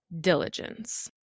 Diligence